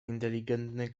inteligentny